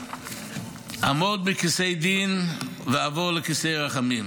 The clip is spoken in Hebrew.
עמוד מכיסא דין ועבור לכיסא רחמים,